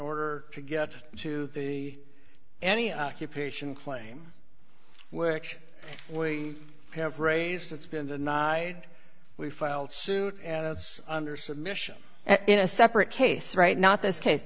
order to get to the any occupation claim which we have raised that's been denied we filed suit and it's under submission in a separate case right not this case